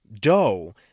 dough